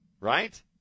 right